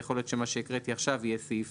יכול להיות שמה שהקראתי עכשיו יהיה סעיף